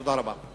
תודה רבה.